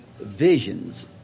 visions